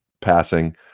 passing